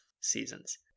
seasons